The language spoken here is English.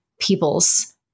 people's